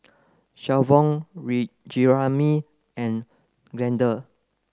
Shavon Jeramy and Glenda